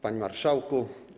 Panie Marszałku!